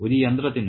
ഒരു യന്ത്രത്തിനോ